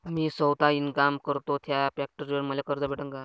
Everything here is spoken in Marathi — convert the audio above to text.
मी सौता इनकाम करतो थ्या फॅक्टरीवर मले कर्ज भेटन का?